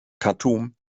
khartum